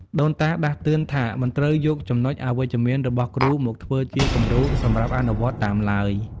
ដូនតាដាស់តឿនថាមិនត្រូវយកចំណុចអវិជ្ជមានរបស់គ្រូមកធ្វើជាគំរូសម្រាប់អនុវត្តតាមឡើយ។